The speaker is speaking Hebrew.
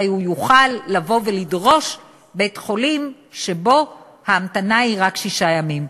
הוא יוכל לבוא ולדרוש בית-חולים שבו ההמתנה היא רק שישה ימים.